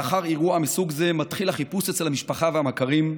לאחר אירוע מסוג זה מתחיל החיפוש אצל המשפחה והמכרים,